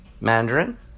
Mandarin